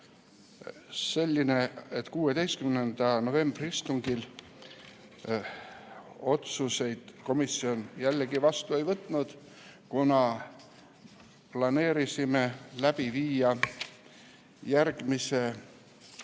järeldub, et 16. novembri istungil otsuseid komisjon jällegi vastu ei võtnud, kuna planeerisime läbi viia järgmise